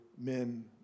men